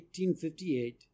1858